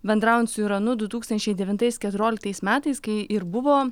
bendraujant su iranu du tūkstančiai devintais keturioliktais metais kai ir buvo